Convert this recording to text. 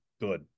good